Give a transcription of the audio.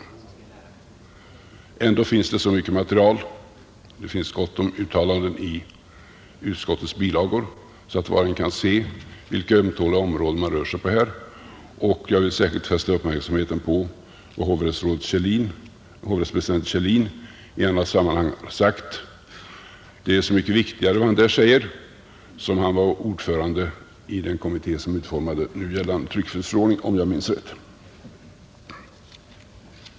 Ändå finns det så mycket material, bl.a. i utskottets bilagor, att var och en kan se vilka ömtåliga områden man rör sig på här. Jag vill särskilt fästa uppmärksamheten på vad hovrättspresidenten Kjellin i annat sammanhang har sagt. Vad han säger är så mycket viktigare som han var ordförande i den kommitté som utformade nu gällande tryckfrihetsförordning, om jag minns rätt.